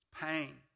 pain